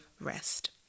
rest